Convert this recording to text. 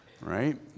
right